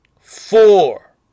four